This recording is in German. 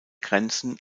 grenzen